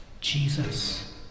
Jesus